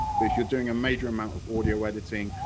but if you're doing a major amount of audio editing,